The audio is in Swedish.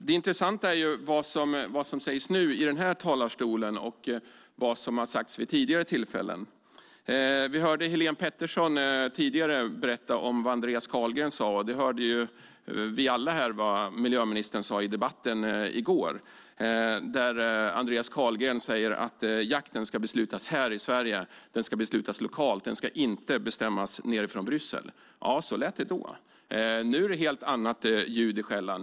Det intressanta är vad som sägs nu i den här talarstolen och vad som har sagts vid tidigare tillfällen. Vi hörde Helén Pettersson tidigare berätta vad Andreas Carlgren sade, och vi hörde alla här vad miljöministern sade i debatten i går. Andreas Carlgren sade: Jakten ska beslutas här i Sverige. Den ska beslutas lokalt. Den ska inte bestämmas nere i Bryssel. Ja, så lät det då. Nu är det ett helt annat ljud i skällan.